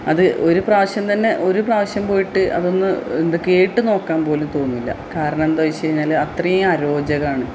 അത് ഒരു പ്രാവശ്യം തന്നെ ഒരു പ്രാവശ്യം പോയിട്ട് അതൊന്ന് എന്താ കേട്ട് നോക്കാൻ പോലും തോന്നില്ല കാരണം എന്താ ചോദിച്ചു കഴിഞ്ഞാൽ അത്രയും അരോചകമാണ്